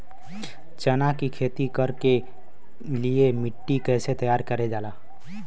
चना की खेती कर के लिए मिट्टी कैसे तैयार करें जाला?